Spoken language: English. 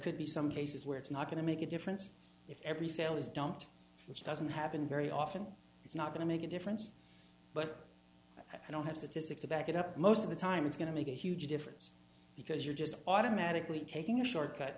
could be some cases where it's not going to make a difference if every sale is dumped which doesn't happen very often it's not going to make a difference but i don't have statistics to back it up most of the time it's going to make a huge difference because you're just automatically taking a shortcut